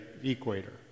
Equator